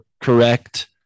correct